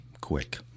quick